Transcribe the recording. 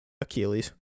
Achilles